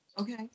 Okay